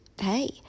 hey